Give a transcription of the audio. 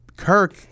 Kirk